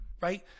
right